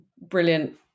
brilliant